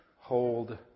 hold